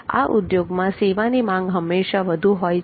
આ ઉદ્યોગમાં સેવાની માંગ હંમેશા વધુ હોય છે